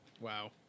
Wow